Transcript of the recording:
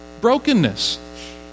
Brokenness